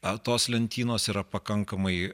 ar tos lentynos yra pakankamai